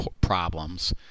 problems